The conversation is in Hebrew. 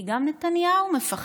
כי גם נתניהו מפחד.